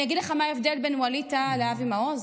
אני אגיד לך מה ההבדל בין ווליד טאהא לאבי מעוז,